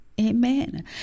Amen